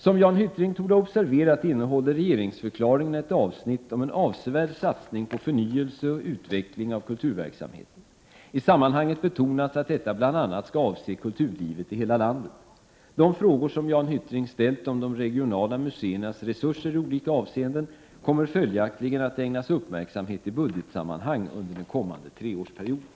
Som Jan Hyttring torde ha observerat innehåller regeringsförklaringen ett avsnitt om en avsevärd satsning på förnyelse och utveckling av kulturverksamheten. I sammanhanget betonas att detta bl.a. skall avse kulturlivet i hela landet. De frågor som Jan Hyttring ställt om de regionala museernas resurser i olika avseenden kommer följaktligen att ägnas uppmärksamhet i budgetsammanhang under den kommande treårsperioden.